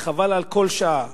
וחבל על כל שעה,